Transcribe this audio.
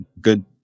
good